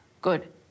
Good